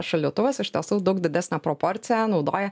šaldytuvas iš tiesų daug didesnę proporciją naudoja